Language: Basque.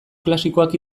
klasikoak